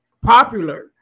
popular